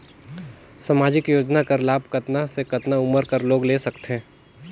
समाजिक योजना कर लाभ कतना से कतना उमर कर लोग ले सकथे?